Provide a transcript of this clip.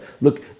look